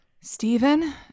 Stephen